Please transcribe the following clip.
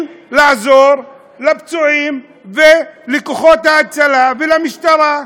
לעזור לפצועים ולכוחות ההצלה ולמשטרה.